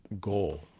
goal